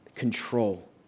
control